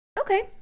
Okay